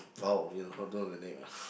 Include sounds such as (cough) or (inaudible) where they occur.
oh you don't know the name ah (noise)